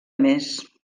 més